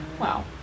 Wow